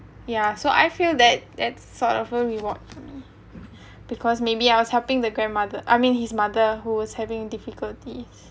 ya so I feel that that's sort of a reward because maybe I was helping the grandmother I mean his mother who was having difficulties